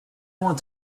want